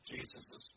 Jesus